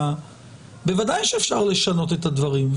בוודאי שאפשר לשנות את הדברים.